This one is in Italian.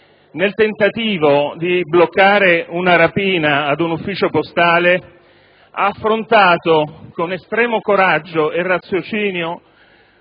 nel tentativo di bloccare una rapina ad un ufficio postale ha affrontato, con estremo coraggio e raziocinio,